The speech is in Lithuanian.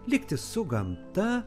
likti su gamta